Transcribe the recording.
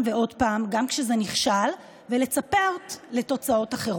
ויש אפשרות לבקרה,